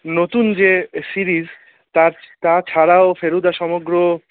নতুন যে সিরিজ তার তা তাছাড়াও ফেলুদা সমগ্র